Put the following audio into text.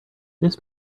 this